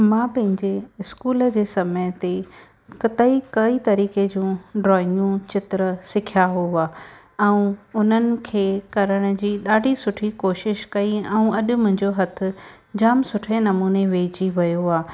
मां पंहिंजे स्कूल जे समय ते कतई कई तरीक़े ड्रॉइंगियूं चित्र सिखिया हुआ ऐं उन्हनि खे करण जी ॾाढी सुठी कोशिशि कईं ऐं अॼु मुंहिंजो हथ जाम सुठे नमूने वेइजी वियो आहे